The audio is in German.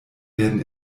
werden